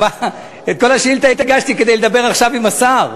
את כל השאילתה הגשתי כדי לדבר עכשיו עם השר.